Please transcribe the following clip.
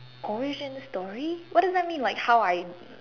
origin story what does that mean like how I